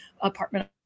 apartment